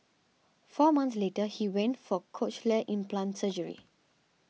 four months later he went for cochlear implant surgery